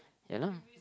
ya lah